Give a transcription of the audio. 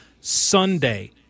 Sunday